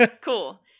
Cool